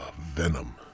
Venom